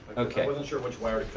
okay. i wasn't sure which wire to cut.